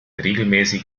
regelmäßig